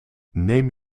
neem